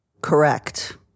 Correct